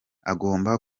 agomba